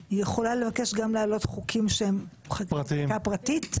היא יכולה לבקש גם להעלות חוקים שהם חקיקה פרטית?